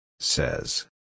Says